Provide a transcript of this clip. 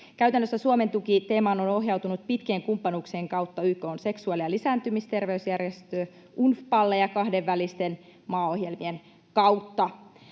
Käytännössä Suomen tuki teemaan on ohjautunut pitkien kumppanuuksien kautta YK:n seksuaali- ja lisääntymisterveysjärjestö UNFPAlle ja kahdenvälisten maaohjelmien kautta.